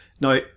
Now